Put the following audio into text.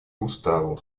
уставу